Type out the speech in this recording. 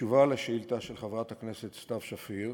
בתשובה על השאילתה של חברת הכנסת שפיר,